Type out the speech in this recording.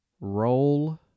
Roll